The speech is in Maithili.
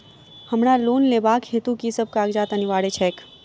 हमरा लोन लेबाक हेतु की सब कागजात अनिवार्य छैक?